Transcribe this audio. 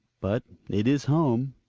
but it is home.